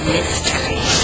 Mystery